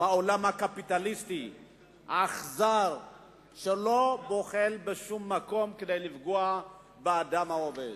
מהעולם הקפיטליסטי האכזר שלא בוחל בשום מקום כדי לפגוע באדם העובד.